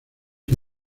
que